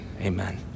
Amen